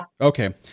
Okay